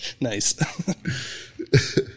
Nice